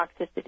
toxicity